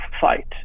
fight